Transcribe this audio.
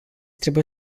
trebuie